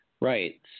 Right